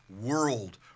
world